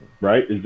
Right